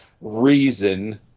reason